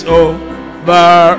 over